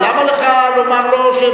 אבל למה לך לומר לו,